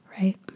right